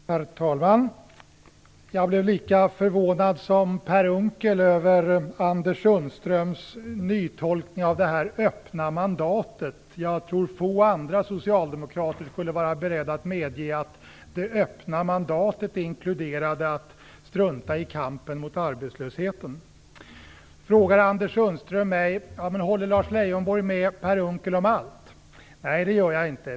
Herr talman! Jag blev lika förvånad som Per Unckel över Anders Sundströms nytolkning av det öppna mandatet. Jag tror att få andra socialdemokrater skulle vara beredda att medge att det öppna mandatet inkluderade att strunta i kampen mot arbetslösheten. Anders Sundström frågar mig: Håller Lars Leijonborg med Per Unckel om allt? Nej, det gör jag inte.